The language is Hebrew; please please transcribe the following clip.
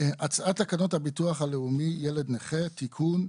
הצעת תקנות הביטוח הלאומי (ילד נכה) (תיקון),